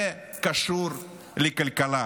זה קשור לכלכלה.